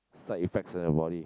side effects on your body